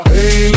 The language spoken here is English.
Hey